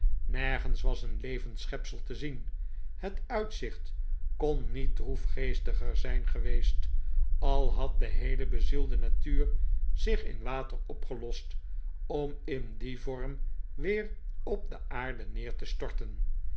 nergens was een levend schepsel te zien het uitzicht kon niet droefgeestiger zijn geweest al had de heele bezielde natuur zich in water opgelost om in dien vorm weer op de aarde neer te storten